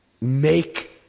make